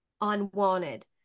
unwanted